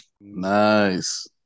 nice